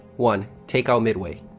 one, take out midway.